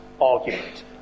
argument